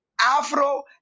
Afro